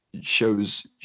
Shows